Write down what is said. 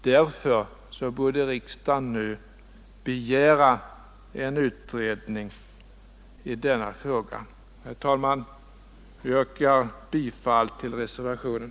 Därför borde riksdagen nu begära en utredning i denna fråga. Herr talman! Jag yrkar bifall till reservationen.